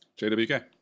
JWK